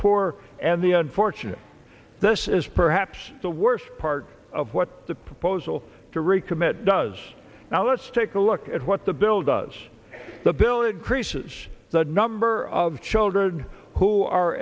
poor and the unfortunate this is perhaps the worst part of what the proposal to recommit does now let's take a look at what the bill does the bill increases the number of children who are